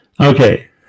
Okay